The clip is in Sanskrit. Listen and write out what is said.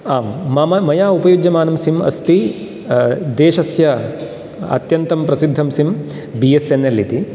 आं मम मया उपयुज्यमानम् सिम् अस्ति देशस्य अत्यन्तं प्रसिद्धं SIM B S N L इति